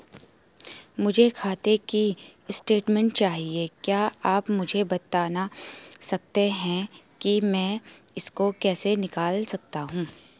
मुझे खाते की स्टेटमेंट चाहिए क्या आप मुझे बताना सकते हैं कि मैं इसको कैसे निकाल सकता हूँ?